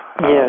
Yes